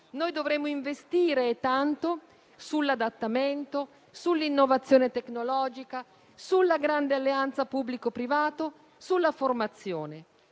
Noi dovremmo quindi investire tanto sull'adattamento, sull'innovazione tecnologica, sulla grande alleanza pubblico-privato e sulla formazione,